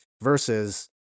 versus